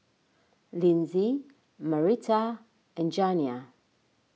Linzy Marita and Janiah